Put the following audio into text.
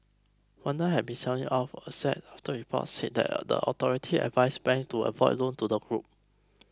Wanda have been selling off assets after reports said that the authorities advised banks to avoid loans to the group